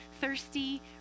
thirsty